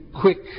quick